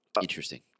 Interesting